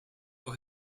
for